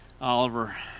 Oliver